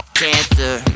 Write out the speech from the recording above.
cancer